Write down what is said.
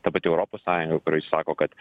ta pati europos sąjunga kuri sako kad